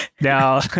Now